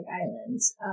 Islands